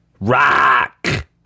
rock